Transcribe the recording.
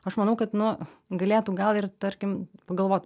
aš manau kad nu galėtų gal ir tarkim pagalvot